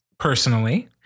Personally